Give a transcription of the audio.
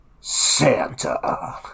santa